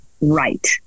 right